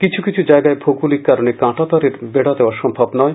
কিছু কিছু জায়গায় ভৌগলিক কারণে কাঁটাতারের বেড়া দেওয়া সম্ভব নয়